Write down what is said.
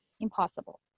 Impossible